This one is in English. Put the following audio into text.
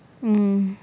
um